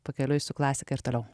pakeliui su klasika ir toliau